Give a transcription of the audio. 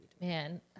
Man